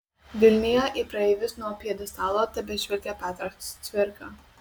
vilniuje į praeivius nuo pjedestalo tebežvelgia petras cvirka